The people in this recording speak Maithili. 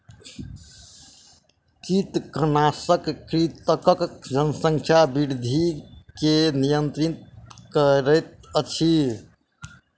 कृंतकनाशक कृंतकक जनसंख्या वृद्धि के नियंत्रित करैत अछि